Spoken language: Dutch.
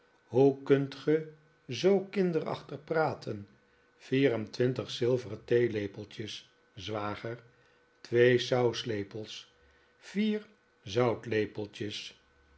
hoe kunt ge zoo kinderachtig praten vier en twintig zilveren theelepeltjes zwager twee sauslepels vier zoutlepeltjes